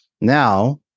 Now